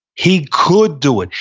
he could do it.